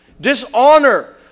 dishonor